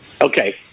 Okay